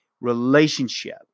relationship